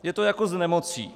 Je to jako s nemocí.